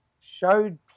showed